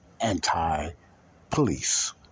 anti-police